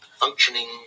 functioning